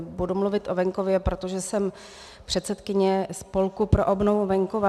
Budu mluvit o venkově, protože jsem předsedkyně Spolku pro obnovu venkova.